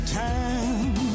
time